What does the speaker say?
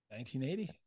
1980